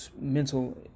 mental